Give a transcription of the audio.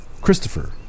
Christopher